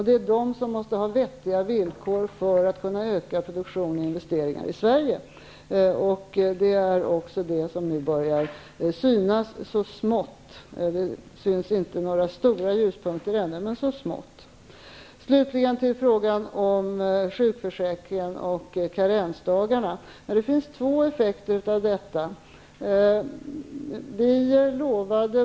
Det är de som måste ha vettiga villkor för att öka produktion och investeringar i Sverige. Det är också det som nu börjar synas så smått -- det syns inte några stora ljuspunkter ännu. Slutligen några ord om sjukförsäkringen och karensdagarna. Det finns två effekter av dessa.